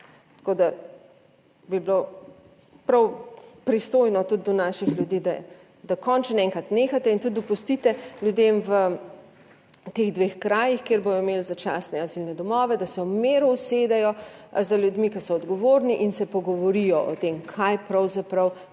Tako da, bi bilo prav pristojno tudi do naših ljudi, da končno enkrat nehate in tudi dopustite ljudem v teh dveh krajih kjer bodo imeli začasne azilne domove, da se v miru usedejo z ljudmi, ki so odgovorni in se pogovorijo o tem kaj pravzaprav